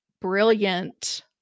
brilliant